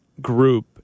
group